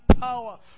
power